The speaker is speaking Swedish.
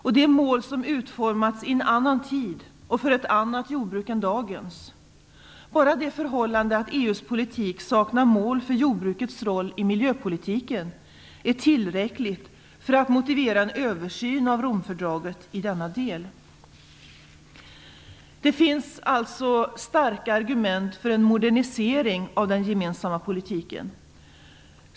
Det är mål som utformats i en annan tid och för ett annat jordbruk än dagens. Bara det förhållandet att EU:s politik saknar mål för jordbrukets roll i miljöpolitiken är tillräckligt för att motivera en översyn av Romfördraget i denna del. Det finns alltså starka argument för en modernisering av den gemensamma politiken.